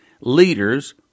leaders